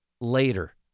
later